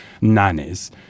nannies